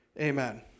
Amen